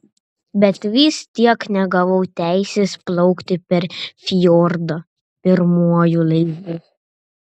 bet vis tiek negavau teisės plaukti per fjordą pirmuoju laivu